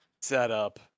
setup